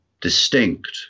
distinct